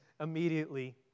immediately